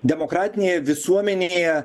demokratinėje visuomenėje